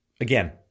again